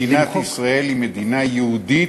מדינת ישראל היא מדינה יהודית,